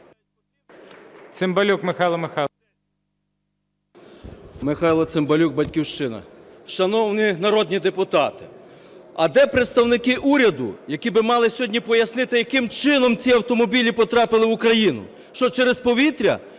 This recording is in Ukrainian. Михайло Цимбалюк, "Батьківщина". Шановні народні депутати, а де представники уряду, які би мали сьогодні пояснити, яким чином ці автомобілі потрапили в Україну, що через повітря?